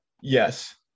yes